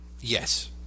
Yes